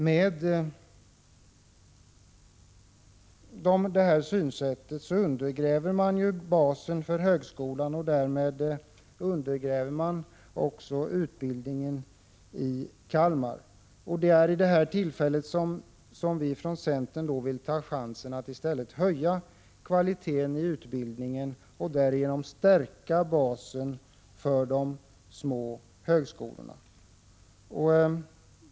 Med detta synsätt undergrävs basen för högskolan och därmed undergrävs också utbildningen i Kalmar. Det är vid detta tillfälle som vi från centern vill ta chansen att i stället höja kvaliteten i utbildningen och därigenom stärka basen för de små högskolorna.